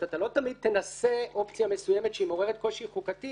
אתה לא תמיד תנסה אופציה מסוימת שמעוררת קושי חוקתי